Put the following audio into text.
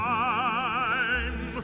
time